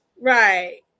Right